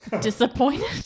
Disappointed